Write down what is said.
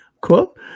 Cool